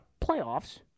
playoffs